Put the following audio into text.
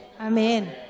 Amen